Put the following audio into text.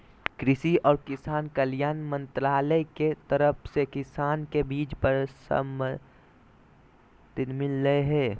कृषि आर किसान कल्याण मंत्रालय के तरफ से किसान के बीज पर सब्सिडी मिल लय हें